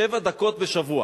שבע דקות בשבוע.